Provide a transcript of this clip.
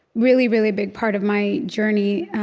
really, really big part of my journey,